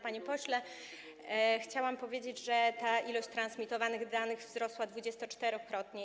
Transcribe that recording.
Panie pośle, chciałabym powiedzieć, że ta ilość transmitowanych danych wzrosła 24-krotnie.